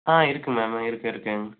ஆ இருக்கு மேம் இருக்கு இருக்கு